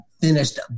finished